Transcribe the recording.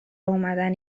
اومدن